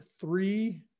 three